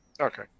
Okay